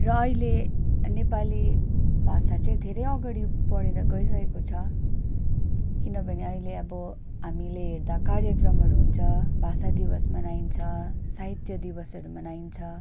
र अहिले नेपाली भाषा चाहिँ धेरै अगाडि बढेर गइसकेको छ किनभने अहिले अब हामीले हेर्दा कार्यक्रमहरू हुन्छ भाषा दिवस मनाइन्छ साहित्य दिवसहरू मनाइन्छ